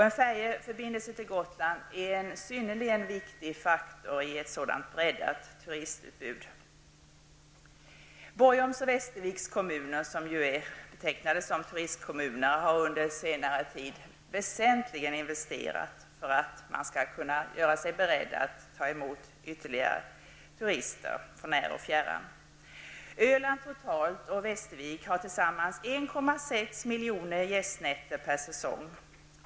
En färjeförbindelse till Gotland är en synnerligen viktig faktor i ett breddat turistutbud. Borgholms och Västerviks kommuner, som ju betecknas som turistkommuner, har under senare tid investerat väsentligt och gjort sig beredda att ta emot ytterligare turister från när och fjärran. Öland totalt och Västervik har tillsammans 1,6 miljoner gästnätter per säsong.